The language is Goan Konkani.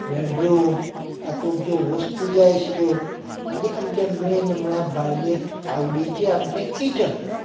बेडरूम हातूंत ज्यो वस्तू जाय आशिल्ल्यो आनी आमचें मेन म्हणल्यार बायलेक आवडीचें आमचें किच्छन